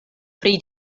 pri